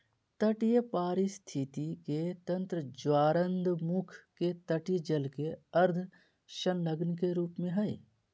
तटीय पारिस्थिति के तंत्र ज्वारनदमुख के तटीय जल के अर्ध संलग्न के रूप में हइ